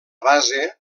base